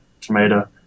tomato